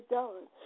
done